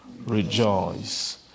Rejoice